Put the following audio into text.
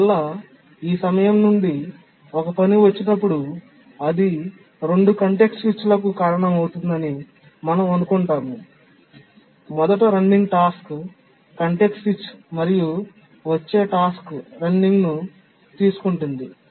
అందువల్ల ఈ సమయం నుండి ఒక పని వచ్చినప్పుడు అది 2 కాంటెక్స్ట్ స్విచ్లకు కారణమవుతుందని మనం అనుకుంటాము మొదట రన్నింగ్ టాస్క్ కాంటెక్స్ట్ స్విచ్ మరియు వచ్చే టాస్క్ రన్నింగ్ ని తీసుకుంటుంది